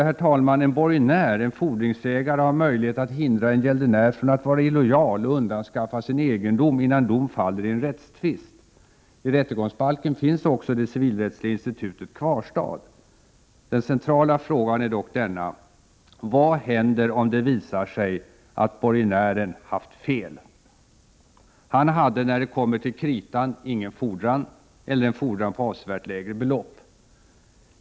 Visst måste en borgenär, en fordringsägare ha möjlighet att hindra en gäldenär från att vara illojal och undanskaffa sin egendom innan dom faller i en rättstvist. I rättegångsbalken finns också det civilrättsliga institutet kvarstad. Den centrala frågan är dock denna: Vad händer om det visar sig att borgenären haft fel? Han hade, när det kommer till kritan, ingen fordran eller en fordran på ett avsevärt lägre belopp.